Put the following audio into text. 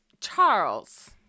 charles